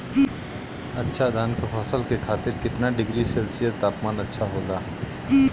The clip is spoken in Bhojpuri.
अच्छा धान क फसल के खातीर कितना डिग्री सेल्सीयस तापमान अच्छा होला?